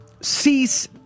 cease